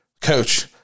Coach